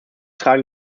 tragen